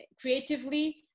creatively